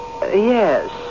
yes